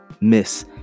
Miss